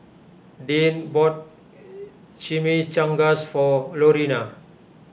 Deanne bought Chimichangas for Lorena